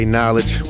Knowledge